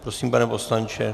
Prosím, pane poslanče.